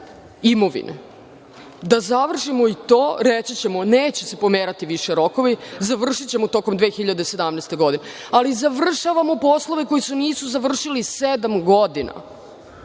imovine, da završimo i to. Reći ćemo – neće se pomerati više rokovi, završićemo tokom 2017. godine. Završavamo poslove koji se nisu završili sedam godina,